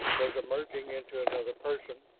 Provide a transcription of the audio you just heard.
was emerging into another person,